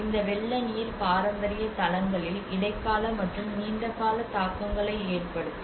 இந்த வெள்ள நீர் பாரம்பரிய தளங்களில் இடைக்கால மற்றும் நீண்டகால தாக்கங்களை ஏற்படுத்தும்